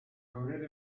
febrero